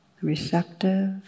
Receptive